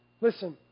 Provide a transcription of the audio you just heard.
Listen